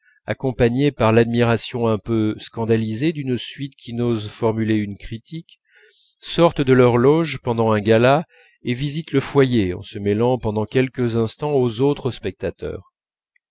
accompagnés par l'admiration un peu scandalisée d'une suite qui n'ose formuler une critique sortent de leur loge pendant un gala et visitent le foyer en se mêlant pendant quelques instants aux autres spectateurs